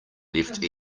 left